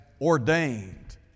ordained